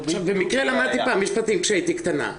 במקרה למדתי פעם משפטים, כשהייתי צעירה.